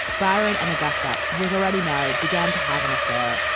byron and agusta, who was already married, began to have an affair.